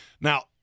Now